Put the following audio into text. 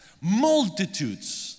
Multitudes